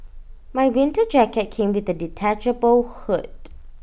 my winter jacket came with A detachable hood